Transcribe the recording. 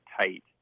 tight